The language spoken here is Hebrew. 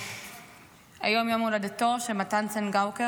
היום יום הולדתו של מתן צנגאוקר,